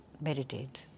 meditate